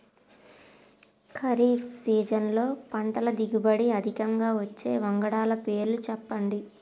ఖరీఫ్ సీజన్లో పంటల దిగుబడి అధికంగా వచ్చే వంగడాల పేర్లు చెప్పండి?